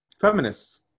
Feminists